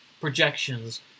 projections